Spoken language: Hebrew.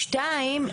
שתיים,